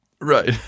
Right